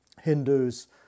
Hindus